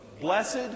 blessed